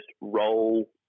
roll